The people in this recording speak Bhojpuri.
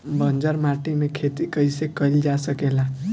बंजर माटी में खेती कईसे कईल जा सकेला?